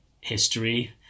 history